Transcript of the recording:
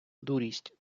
дурість